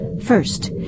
First